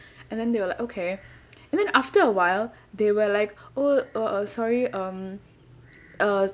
and then they were like okay and then after awhile they were like oh uh uh sorry um uh